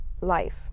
life